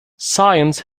science